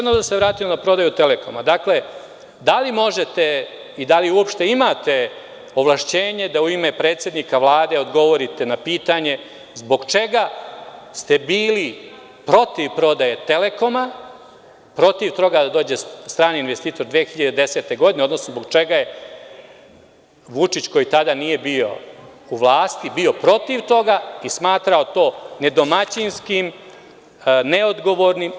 Dakle, da li možete i da li uopšte imate ovlašćenje da u ime predsednika Vlade odgovorite na pitanje zbog čega ste bili protiv prodaje „Telekoma“, protiv toga da dođe strani investitor 2010. godine, odnosno zbog čega je Vučić, koji tada nije bio u vlasti, bio protiv toga i smatrao to nedomaćinskim, neodgovornim…